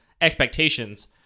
expectations